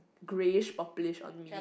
greyish purplish on me